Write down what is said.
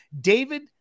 David